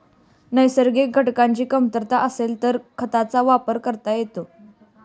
नैसर्गिक घटकांची कमतरता असेल तर खतांचा वापर करता येतो